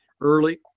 early